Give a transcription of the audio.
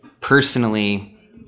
personally